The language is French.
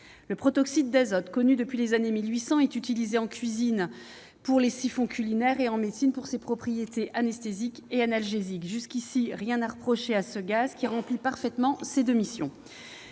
Le protoxyde d'azote, connu depuis les années 1800, est utilisé en cuisine dans les siphons et en médecine pour ses propriétés anesthésiques et analgésiques. Jusque-là, il n'y a rien à reprocher à ce gaz, qui remplit parfaitement ces deux fonctions.